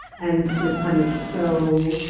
and to punish. so,